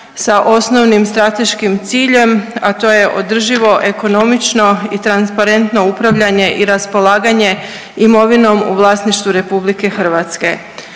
sa osnovnim strateškim ciljem, a to je održivo, ekonomično i transparentno upravljanje i raspolaganje imovinom u vlasništvu RH.